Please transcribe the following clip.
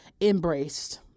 embraced